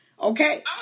Okay